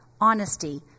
honesty